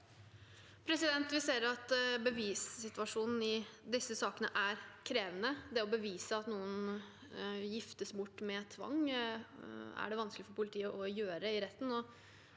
Vi ser at bevissitu- asjonen i disse sakene er krevende. Det å bevise at noen giftes bort med tvang, er det vanskelig for politiet å gjøre i retten,